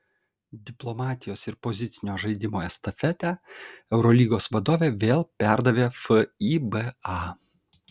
diplomatijos ir pozicinio žaidimo estafetę eurolygos vadovybė vėl perdavė fiba